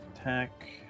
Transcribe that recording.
Attack